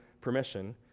permission